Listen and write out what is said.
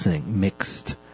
mixed